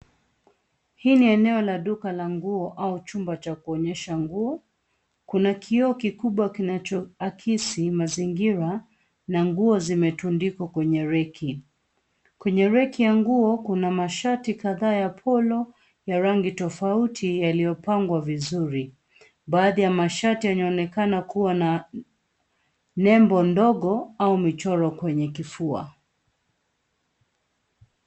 Hii ni eneo la duka la nguo au chumba cha kuonyesha nguo. Kuna kioo kikubwa kinachoakisi mazingira na nguo zimetundikwa kwenye reki. Kwenye reki ya nguo, kuna mashati kadhaa ya polo ya rangi tofauti yaliyopangwa vizuri. Baadhi ya mashati yanaonekana kuwa na nembo ndogo au michoro kwenye kifua.